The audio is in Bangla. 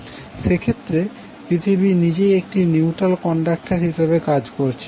সেক্ষেত্রে পৃথিবী নিজেই একটি নিউট্রাল কন্ডাক্টর হিসাবে কাজ করছে